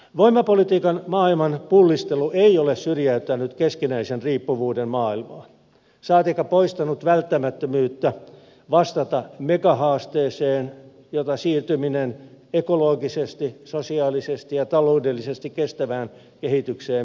voimapolitiikan maailman pullistelu ei ole syrjäyttänyt keskinäisen riippuvuuden maailmaa saatikka poistanut välttämättömyyttä vastata megahaasteeseen jota siirtyminen ekologisesti sosiaalisesti ja taloudellisesti kestävään kehitykseen merkitsee